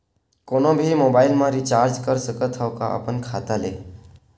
कोनो भी मोबाइल मा रिचार्ज कर सकथव का अपन खाता ले?